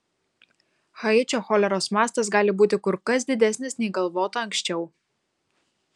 haičio choleros mastas gali būti kur kas didesnis nei galvota anksčiau